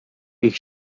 ich